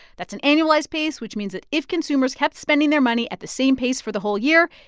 that's an annualized pace, which means that if consumers kept spending their money at the same pace for the whole year,